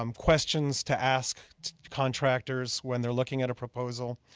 um questions to ask contractors when they're looking at a proposal.